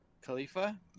Khalifa